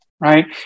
right